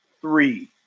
three